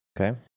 Okay